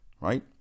Right